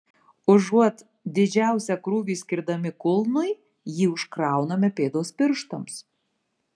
užuot didžiausią krūvį skirdami kulnui jį užkrauname pėdos pirštams